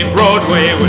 Broadway